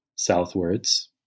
southwards